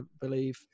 believe